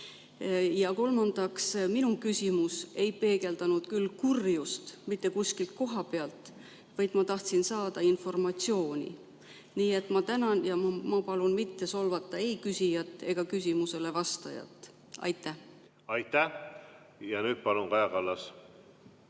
Ja kolmandaks, minu küsimus ei peegeldanud küll kurjust mitte kuskilt koha pealt, vaid ma tahtsin saada informatsiooni. Nii et ma tänan ja palun mitte solvata ei küsijat ega küsimusele vastajat. Aitäh! Ja nüüd palun, Kaja Kallas!